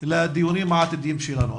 לדיונים העתידיים שלנו.